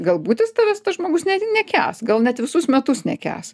galbūt jis tavęs tas žmogus nekęs gal net visus metus nekęs